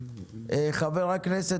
רביטל,